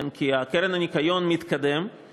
כי הקרן לשמירת הניקיון מתקדמת,